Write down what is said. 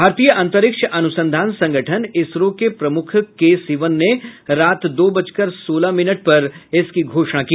भारतीय अंतरिक्ष अनुसंधान संगठन इसरो के प्रमुख के सीवन ने रात दो बजकर सोलह मिनट पर इसकी घोषणा की